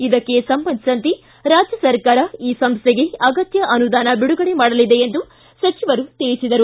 ಇದಕ್ಕೆ ಸಂಬಂಧಿಸಿದಂತೆ ರಾಜ್ಯ ಸರ್ಕಾರ ಈ ಸಂಸ್ಟೆಗೆ ಅಗತ್ತ ಅನುದಾನ ಬಿಡುಗಡೆ ಮಾಡಲಿದೆ ಎಂದು ಸಚಿವರು ತಿಳಿಸಿದರು